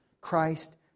Christ